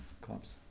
clubs